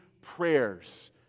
prayers